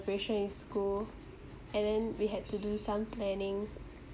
celebration in school and then we had to do some planning